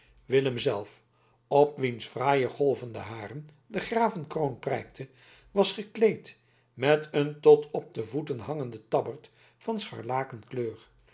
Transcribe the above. willem zelf op wiens fraaie golvende haren de gravenkroon prijkte was gekleed met een tot op de voeten hangenden tabberd van scharlaken